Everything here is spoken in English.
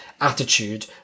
attitude